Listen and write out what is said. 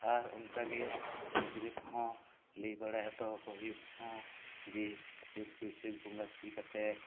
ᱟᱨ ᱚᱱᱠᱟ ᱜᱮ ᱜᱤᱫᱽᱨᱟᱹ ᱠᱚᱦᱚᱸ ᱚᱱᱠᱟᱜᱮ ᱞᱟᱹᱭ ᱦᱚᱴᱚ ᱦᱩᱭᱩᱜ ᱠᱟᱱᱟ ᱡᱮ ᱪᱟᱹᱛ ᱵᱟᱹᱭᱥᱟᱹᱠ ᱵᱚᱸᱜᱟ ᱥᱤ ᱠᱟᱛᱮ